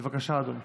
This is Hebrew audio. בבקשה, אדוני.